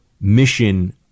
mission